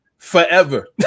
Forever